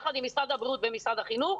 יחד עם משרד הבריאות ומשרד החינוך,